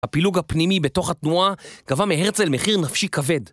הפילוג הפנימי בתוך התנועה קבע מהרצל מחיר נפשי כבד.